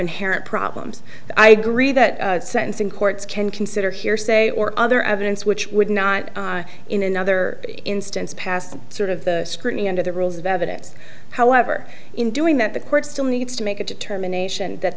inherent problems i agree that sentencing courts can consider hearsay or other evidence which would not in another instance pass the sort of the scrutiny under the rules of evidence however in doing that the court still needs to make a determination that